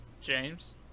James